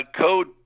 Code